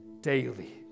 daily